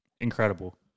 incredible